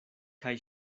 kaj